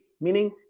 meaning